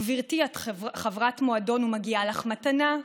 גברתי, את חברת מועדון ומגיעה לך מתנה,